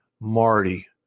Marty